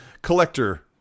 Collector